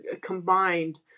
combined